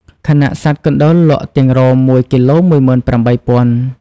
ខណៈសត្វកណ្ដុរលក់ទាំងរោម១គីឡូ ១៨០០០។